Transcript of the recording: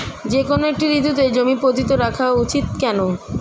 যেকোনো একটি ঋতুতে জমি পতিত রাখা উচিৎ কেন?